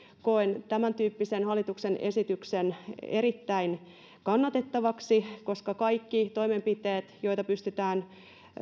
koen tämäntyyppisen hallituksen esityksen erittäin kannatettavaksi koska kaikki toimenpiteet joita pystytään